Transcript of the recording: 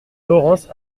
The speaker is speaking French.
laurence